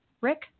Rick